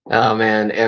oh man, and